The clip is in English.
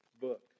book